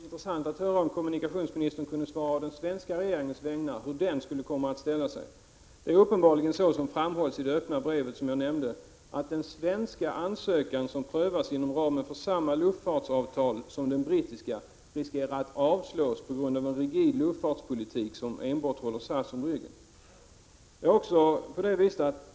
Herr talman! Nej, jag förstår det, men det vore intressant att höra om kommunikationsministern kunde svara på den svenska regeringens vägnar, hur den kommer att ställa sig. Det är uppenbarligen så, som framhålls i det öppna brev jag nämnde, att den svenska ansökan, som prövas inom ramen för samma luftfartsavtal som den brittiska, riskerar att avslås på grund av en rigid luftfartspolitik, som enbart håller SAS om ryggen.